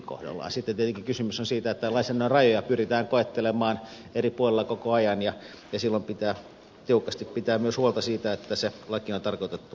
sitten tietenkin kysymys on siitä että lainsäädännön rajoja pyritään koettelemaan eri puolilla koko ajan ja silloin pitää tiukasti pitää myös huolta siitä että se laki on tarkoitettu noudatettavaksi